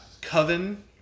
Coven